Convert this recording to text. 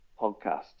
podcast